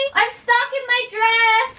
and i'm stuck in my dress.